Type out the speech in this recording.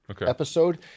episode